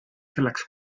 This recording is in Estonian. selleks